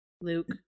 Luke